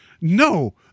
no